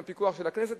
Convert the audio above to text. מהפיקוח של הכנסת,